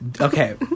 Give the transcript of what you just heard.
Okay